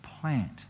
plant